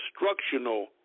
instructional